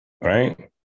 Right